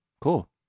Cool